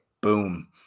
boom